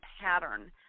pattern